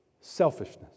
selfishness